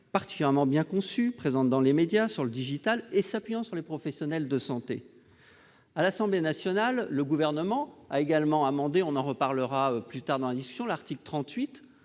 particulièrement bien conçue présente dans les médias et sur internet et s'appuyant sur les professionnels de santé. À l'Assemblée nationale, le Gouvernement a amendé, nous en reparlerons dans le cours de la discussion, l'article 38